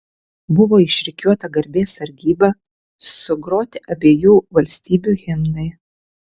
buvo išrikiuota garbės sargyba sugroti abiejų valstybių himnai